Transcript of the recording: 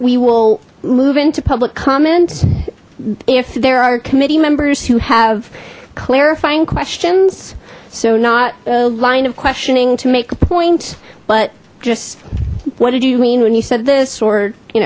we will move into public comment if there are committee members who have clarifying questions so not a line of questioning to make a point but just what did you mean when you said this or you